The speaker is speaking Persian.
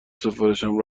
سفارشم